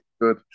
good